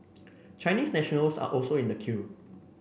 Chinese nationals are also in the queue